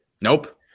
Nope